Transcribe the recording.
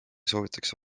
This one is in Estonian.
soovitakse